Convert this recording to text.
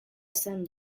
esan